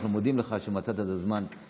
אנחנו מודים לך על כך שמצאת את הזמן להשיב.